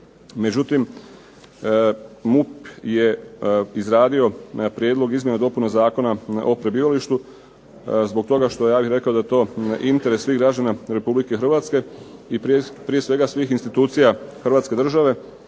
Međutim, MUP je izradio prijedlog izmjene i dopune Zakona o prebivalištu zbog toga što ja bih rekao da je to interes svih građana Republike Hrvatske, i prije svega svih institucija hrvatske države,